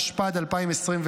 התשפ"ד 2024: